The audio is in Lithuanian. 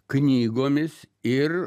knygomis ir